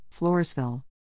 Floresville